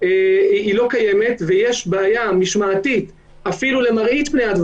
לא קיימת ויש בעיה משמעתית אפילו למראית עין,